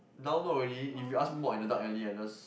now not really if you ask more in the dark alley I just